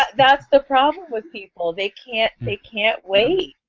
that's the problem with people. they can't they can't wait.